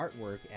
artwork